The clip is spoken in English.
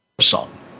song